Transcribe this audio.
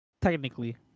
technically